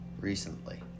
recently